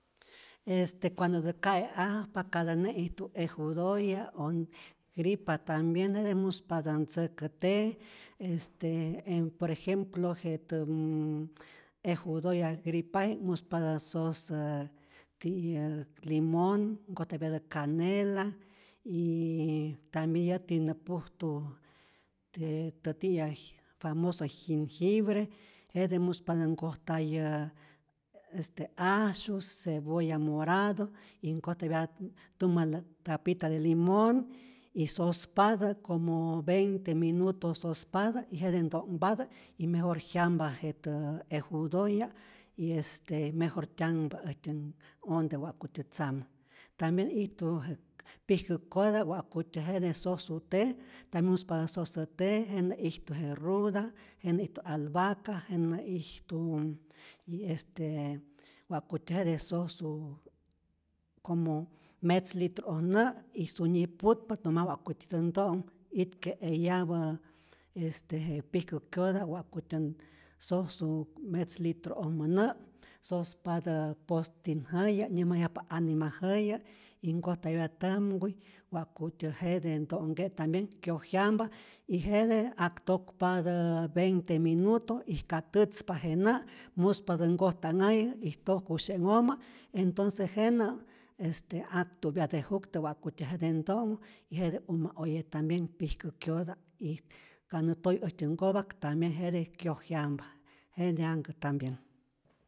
Este cuandotä ka'e'ajpa, katä nä'ijtu eju toya' o gripa tambien jete muspatä ntzäkä te, este en por ejemplo jetämmm- eju toya' gripaji'k muspatä sosa ti'yäk limon, nkojtapyatä canela y yyy tambien yäti nä pujtu je tä tiyay je famoso jengibre, jete muspatä nkojtayä este asyus, cebolla morado y nkojtapyatät tumä tapita de limon y sospatä como veinte minuto sospatä, y jete to'nhpatä y mejor jyampa jetä eju toya', y este mejor tyanhpa äjtyän onte wa'kutyä tzamu, tambien ijtu je pijkä'kota, wa'kutyä jete sosu te tam muspatä sosa te jenä'ijtu je ruda, jenä'ijtu albaca, jenä'ijtu y este wa'kutyä jete sosu, como metz litru'oj nä' y sunyi putpa, nomas wa'kutyä nto'nhu, itke' eyapä je pijkäkyota wakutyän sosu metz litru'ojmä nä', sospatä postin jäyä nyäjmayajpa anima jäyä y kojtapyatä tämkuy wa'kutyä jete to'nhke', tambien kyoj jyampa y jete ak tokpatä veinte minuto y ka tätzpa je nä' muspatä nkojta'nhäyä y tojkusye'nhojmä entonce jenä' este aktu'pyatä je juktä, ja'kutyä jete' nto'nhu y jete uma oye tambien pijkäkyota y ka nä toy äjtyä nkopa'k tambien jete kyoj jyampa, jenyanhkä' tambien.